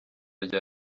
rya